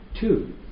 Two